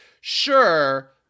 sure